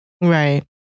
Right